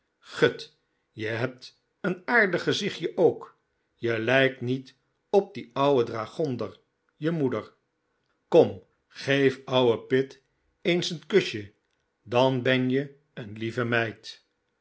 gut je hebt een aardig gezichtje ook je lijkt niet op die ouwe dragonder je moeder kom geef ouwe pitt eens een kusje dan ben je een lieve meid